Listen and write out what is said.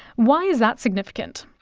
why is that significant?